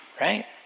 right